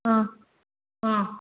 ஆ ஆ